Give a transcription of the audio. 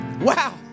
Wow